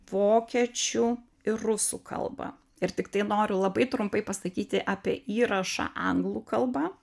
vokiečių ir rusų kalbą ir tiktai noriu labai trumpai pasakyti apie įrašą anglų kalba